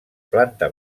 planta